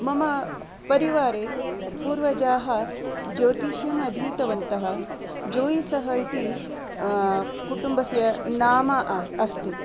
मम परिवारे पूर्वजाः ज्योतिषम् अधीतवन्तः जोयिसः इति कुटुम्बस्य नाम अस्ति